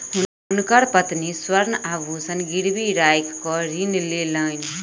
हुनकर पत्नी स्वर्ण आभूषण गिरवी राइख कअ ऋण लेलैन